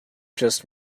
just